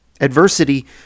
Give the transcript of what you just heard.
Adversity